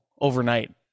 overnight